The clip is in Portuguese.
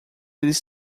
eles